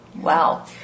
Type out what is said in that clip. Wow